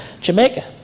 Jamaica